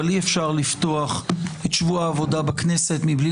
אבל אי-אפשר לפתוח את שבוע העבודה בכנסת מבלי